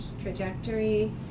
trajectory